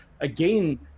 again